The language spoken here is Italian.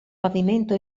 pavimento